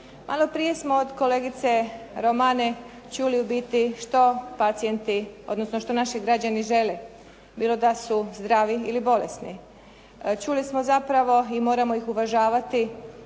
Malo prije smo od kolegice Romane čuli ubiti što pacijenti, odnosno što naši građani žele. Bilo da su zdravi ili bolesni. Čuli smo zapravo, i moramo ih uvažavati